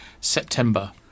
September